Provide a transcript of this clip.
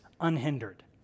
unhindered